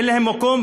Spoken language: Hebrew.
אין להם מקום,